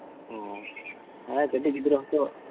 ᱚᱻ ᱦᱮᱸ ᱠᱟᱹᱴᱤᱡ ᱜᱤᱫᱽᱨᱟᱹ ᱦᱚᱸᱠᱚ